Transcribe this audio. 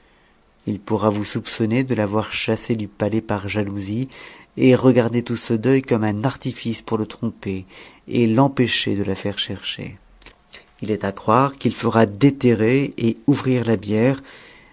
m pourra vous soupçonnet de t'avoir chassée du paiais par jalousie et regarder tout ce deuil comme un artince pour le tromper et l'empêcher de la faire chercher il est à croire qu'il fera déterrer et ouvrir la bière